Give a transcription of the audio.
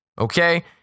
Okay